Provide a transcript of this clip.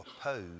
oppose